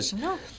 No